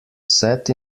set